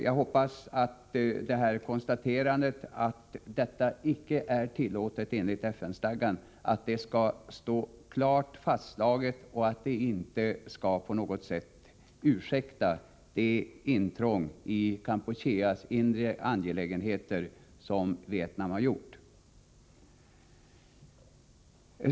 Jag hoppas att det skall vara klart fastslaget att Vietnams agerande icke är tillåtet enligt FN-stadgan och att Pol Pot-regimens övergrepp inte på något sätt ursäktar det intrång i Kampucheas inre angelägenheter som Vietnam har gjort.